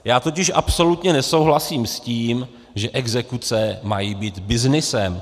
Já totiž absolutně nesouhlasím s tím, že exekuce mají být byznysem.